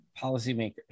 policymakers